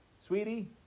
sweetie